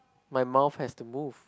my mum has to move